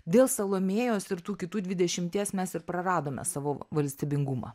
dėl salomėjos ir tų kitų dvidešimties mes ir praradome savo v valstybingumą